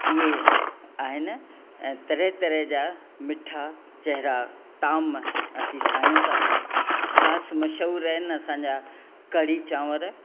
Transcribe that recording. उहे आहिनि ऐं तरह तरह जा मिठा चहिरा ताम असां ठाहियूं था ख़ासि मशहूरु आहिनि असांजा कढ़ी चांवर